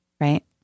right